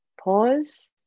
pause